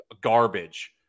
garbage